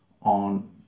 on